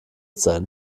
sein